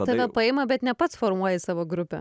tave paima bet ne pats formuoji savo grupę